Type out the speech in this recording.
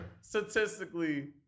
statistically